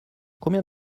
combien